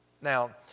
Now